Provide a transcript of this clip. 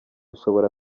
ushobora